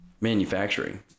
manufacturing